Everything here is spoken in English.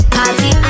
party